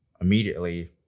immediately